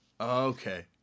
Okay